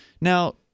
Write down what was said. Now